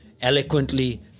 eloquently